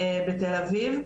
בתל אביב.